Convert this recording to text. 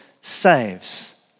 saves